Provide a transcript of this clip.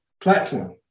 platform